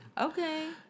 Okay